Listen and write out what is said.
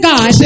God